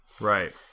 Right